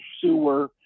Sewer